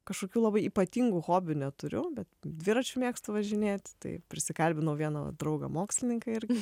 kažkokių labai ypatingų hobių neturiu bet dviračiu mėgstu važinėti tai prisikalbinau vieną draugą mokslininką irgi